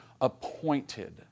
appointed